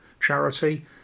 charity